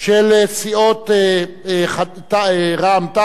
של סיעות רע"ם-תע"ל,